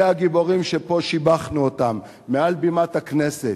אלה הגיבורים שפה שיבחנו אותם, מעל במת הכנסת,